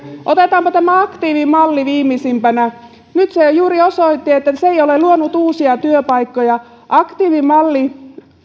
otetaanpa tämä aktiivimalli viimeisimpänä nyt se juuri osoitti että se ei ole luonut uusia työpaikkoja aktiivimalli